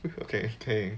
okay 可以